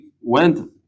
went